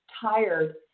tired